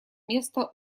место